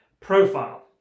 Profile